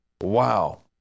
Wow